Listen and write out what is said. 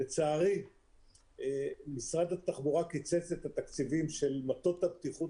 לצערי משרד התחבורה קיצץ את התקציבים של מטות הבטיחות